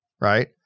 right